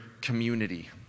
community